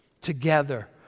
together